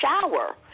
shower